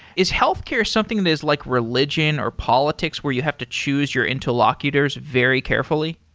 is healthcare something that is like religion or politics where you have to choose your interlocutors very carefully?